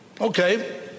Okay